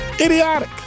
Idiotic